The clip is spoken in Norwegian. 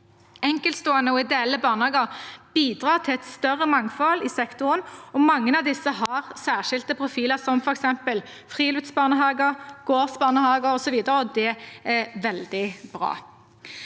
Enkeltstående og ideelle barnehager bidrar til et større mangfold i sektoren, og mange av disse har særskilte profiler, som f.eks. friluftsbarnehager, gårdsbarnehager osv., og det er veldig bra.